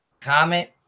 Comment